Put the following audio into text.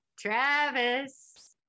Travis